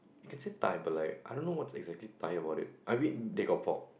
you can say Thai but like I don't know what's exactly Thai about it I mean they got pork